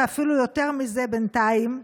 ואפילו יותר מזה בינתיים,